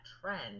trend